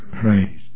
Praise